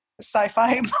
sci-fi